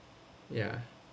yeah